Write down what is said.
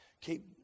keep